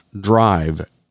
drive